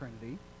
Trinity